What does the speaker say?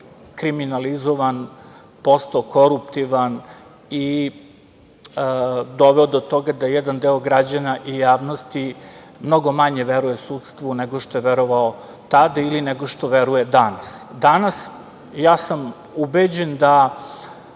kriminalizovan, postao koruptivan i doveo do toga da jedan deo građana i javnosti mnogo manje veruje sudstvu, nego što je verovao tad ili nego što veruje danas. Danas, ja sam ubeđen da